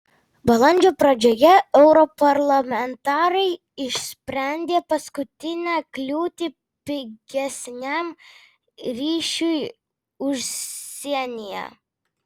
balandžio pradžioje europarlamentarai išsprendė paskutinę kliūtį pigesniam ryšiui užsienyje